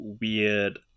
weird